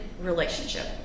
relationship